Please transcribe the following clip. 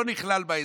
לא נכלל בהסכם.